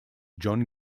john